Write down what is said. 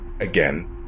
again